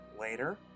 later